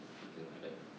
something like that